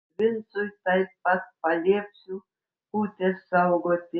vincui taip pat paliepsiu kūtės saugoti